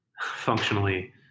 functionally